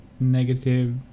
negative